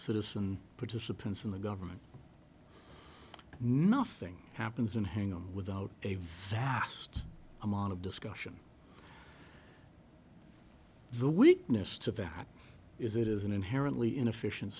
citizen participants in the government nothing happens and hang on without a vast amount of discussion the weakness to fact is it is an inherently inefficient